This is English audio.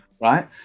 right